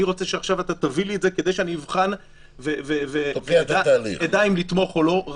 אני רוצה שעכשיו תביא לי את זה כדי שאבחן ואדע אם לתמוך או לא.